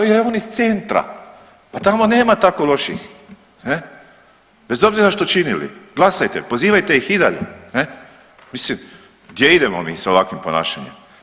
Jer je on iz Centra, pa tamo nema tako loših, ne, bez obzira što činili, glasajte, pozivajte ih i dalje, ne, mislim gdje idemo mi sa ovakvim ponašanjem.